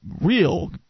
Real